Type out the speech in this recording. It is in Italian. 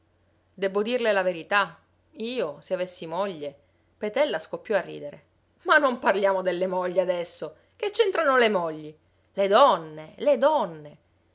debbo dirle la verità io se avessi moglie petella scoppiò a ridere ma non parliamo delle mogli adesso che c'entrano le mogli le donne le donne